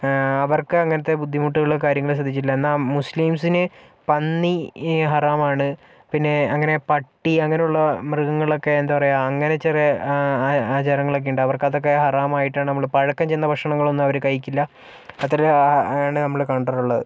അവർക്ക് അങ്ങനത്തെ ബുദ്ധിമുട്ടുകളും കാര്യങ്ങളും ശ്രദ്ധിച്ചിട്ടില്ല എന്നാ മുസ്ലിംസിന് പന്നി ഹറാമാണ് പിന്നെ അങ്ങനെ പട്ടി അങ്ങനെയുള്ള മൃഗങ്ങളൊക്ക എന്താ പറയ്യാ അങ്ങനെ ചില ആചാരങ്ങളൊക്കെണ്ട് അവർക്ക് അതെക്കെ ഹറാമായിട്ടാണ് നമ്മള് പഴക്കം ചെന്ന ഭക്ഷണങ്ങളൊന്നും അവർ കഴിക്കില്ല അത്തരം ആചാരങ്ങളാണ് നമ്മള് കണ്ടിട്ടുള്ളത്